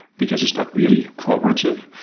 because it's not really cooperative,